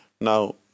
now